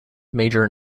major